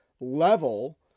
level